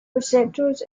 receptors